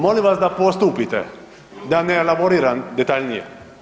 Molim vas da postupite da ne elaboriram detaljnije.